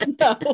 no